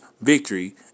victory